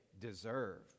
deserve